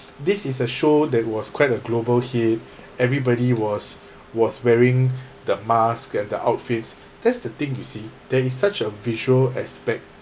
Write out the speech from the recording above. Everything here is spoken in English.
this is a show that was quite a global hit everybody was was wearing the mask and the outfits that's the thing you see there is such a visual aspect